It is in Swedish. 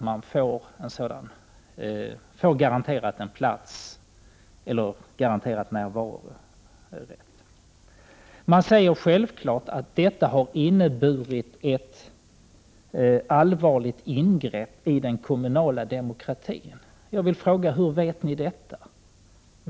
Man hävdar vidare att nuvarande ordning har inneburit ett allvarligt ingrepp i den kommunala demokratin. Jag vill fråga: Hur vet ni detta?